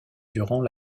durant